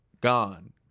gone